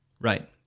right